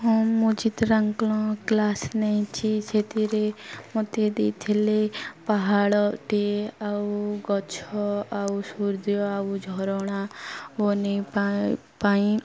ହଁ ମୁଁ ଚିତ୍ରାଙ୍କନ କ୍ଲାସ୍ ନେଇଛିି ସେଥିରେ ମୋତେ ଦେଇଥିଲେ ପାହାଡ଼ଟି ଆଉ ଗଛ ଆଉ ସୂର୍ଯ୍ୟ ଆଉ ଝରଣା ବନାଇବା ପାଇଁ